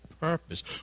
purpose